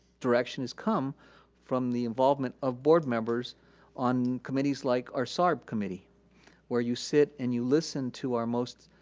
direction has come from the involvement of board members on committees like our sarc committee where you sit and you listen to our most